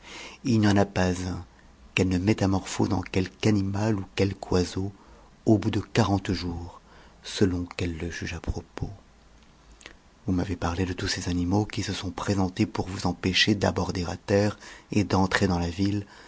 il n'y en a pas un qu'elle ne métamorphose en quelque animal ou en quelque oiseau au bout de quarante jours selon qu'elle le juge à propos vous m'avez parlé de tous ces animaux qui se sont présentés pour vous empêcher d'aborder à terre et d'entrer dans la ville